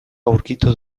aurkitu